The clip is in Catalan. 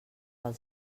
pel